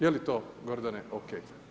Je li to Gordane OK?